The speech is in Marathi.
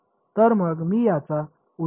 तर मग मी याचा उल्लेख करू शकतो का